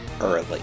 early